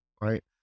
right